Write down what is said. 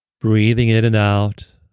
breathing in and out